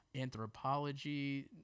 anthropology